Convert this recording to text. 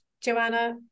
Joanna